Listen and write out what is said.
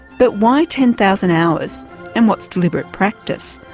but why ten thousand hours and what's deliberate practice?